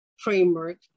framework